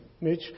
Mitch